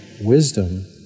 wisdom